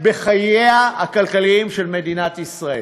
בחייה הכלכליים של מדינת ישראל.